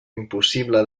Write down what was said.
impossible